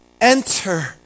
enter